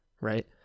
right